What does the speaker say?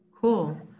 Cool